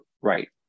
right